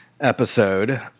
episode